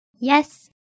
Yes